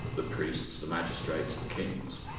the priests, the magistrates, the kings,